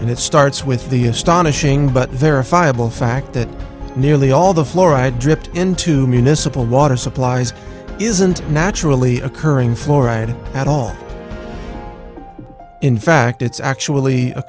and it starts with the astonishing but verifiable fact that nearly all the fluoride dripped into municipal water supplies isn't naturally occurring fluoride at all in fact it's actually a